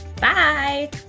Bye